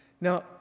Now